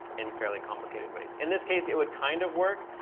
in fairly complicated ways. in this case, it would kind of work.